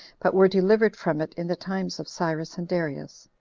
but were delivered from it in the times of cyrus and darius.